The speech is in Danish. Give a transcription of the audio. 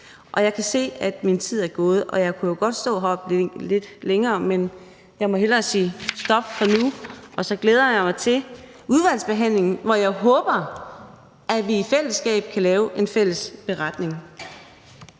Jeg kan se, at min tid er gået. Jeg kunne jo godt stå heroppe lidt længere, men jeg må hellere sige stop for nu, og så glæder jeg mig til udvalgsbehandlingen, hvor jeg håber, at vi i fællesskab kan lave en fælles beretning.